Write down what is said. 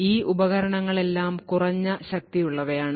ഈ ഉപകരണങ്ങളെല്ലാം കുറഞ്ഞ ശക്തിയുള്ളവയാണ്